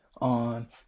on